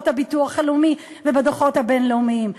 הביטוח הלאומי ובדוחות הבין-לאומיים.